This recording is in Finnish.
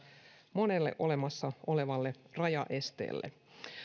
monelle olemassa olevalle rajaesteelle